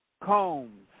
combs